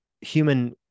human